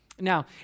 Now